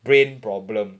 brain problem